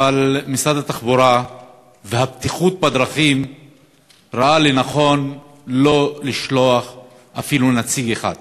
אבל משרד התחבורה והבטיחות בדרכים ראה לנכון לא לשלוח אפילו נציג אחד.